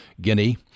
Guinea